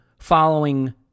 following